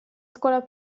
scuola